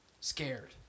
Scared